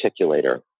articulator